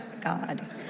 God